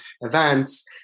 events